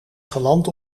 geland